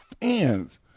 fans